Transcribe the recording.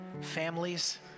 families